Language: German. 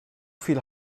viel